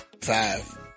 Five